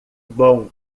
bom